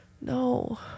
no